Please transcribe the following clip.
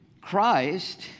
Christ